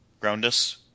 Groundus